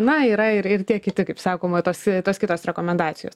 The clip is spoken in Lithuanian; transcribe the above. na yra ir ir tie kiti kaip sakoma tos tos kitos rekomendacijos